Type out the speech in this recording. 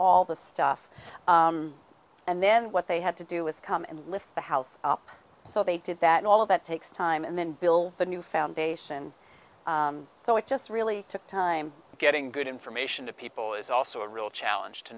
all this stuff and then what they had to do was come and lift the house up so they did that all of that takes time and then bill the new foundation so it just really took time getting good information to people is also a real challenge to